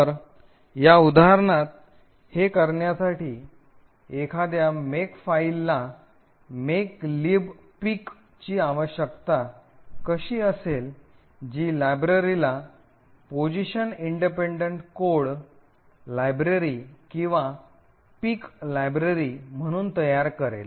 तर या उदाहरणात हे करण्यासाठी एखाद्या मेकफाइलला मेकलिब पिकची makelib pic आवश्यकता कशी असेल जी लायब्ररीला पोझिशन स्वतंत्र कोड लायब्ररी किंवा पिक लायब्ररी म्हणून तयार करेल